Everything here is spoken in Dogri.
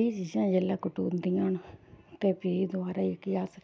एह् चीज़ां जेल्लै कटोंदियां न ते फ्ही दबारै जेह्के अस